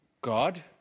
God